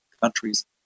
countries